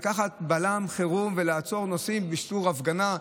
לקחת בלם חירום ולעצור נוסעים בשביל הפגנה.